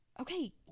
okay